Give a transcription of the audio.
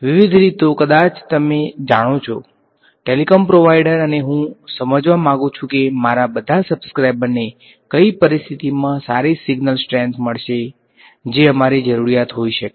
વિવિધ રીતો કદાચ તમે જાણો છો ટેલિકોમ પ્રોવાઈડર અને હું સમજવા માંગુ છું કે મારા બધા સબ્સ્ક્રાઇબર્સને કઈ પરિસ્થિતિઓમાં સારી સિગ્નલ સ્ટ્રેંથ મળશે જે અમારી જરૂરિયાત હોઈ શકે